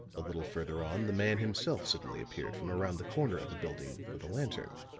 a little further on the man himself suddenly appeared from around the corner of a building with a lantern